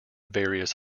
various